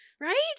right